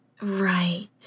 Right